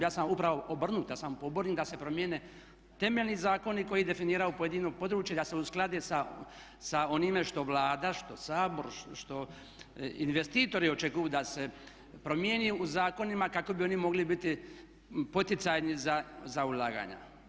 Ja sam upravo obrnuto, ja sam pobornik da se promijene temeljni zakoni koji definiraju pojedino područje i da se usklade sa onime što Vlada, što Sabor što investitori očekuju da se promijeni u zakonima kako bi oni mogli biti poticajni za ulaganja.